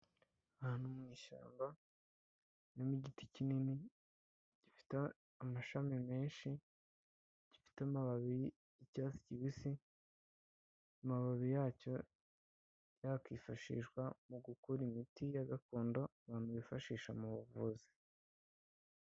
Ahantu mu ishyamba harimo igiti kinini, gifite amashami menshi, gifite amababi y'icyatsi kibisi amababi yacyo yakwifashishwa mu gukura imiti ya gakondo abantu bifashisha mu buvuzi.